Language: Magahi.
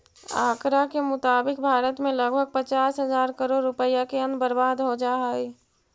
आँकड़ा के मुताबिक भारत में लगभग पचास हजार करोड़ रुपया के अन्न बर्बाद हो जा हइ